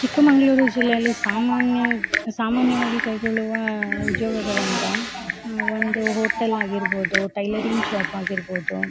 ಚಿಕ್ಕಮಗಳೂರು ಜಿಲ್ಲೆಯಲ್ಲಿ ಸಾಮಾನ್ಯ ಸಾಮಾನ್ಯವಾಗಿ ಕೈಗೊಳ್ಳುವ ಉದ್ಯೋಗಗಳಂದ್ರೆ ಒಂದು ಹೋಟೆಲ್ ಆಗಿರಬೋದು ಟೈಲರಿಂಗ್ ಶಾಪ್ ಆಗಿರಬೋದು